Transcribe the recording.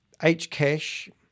Hcash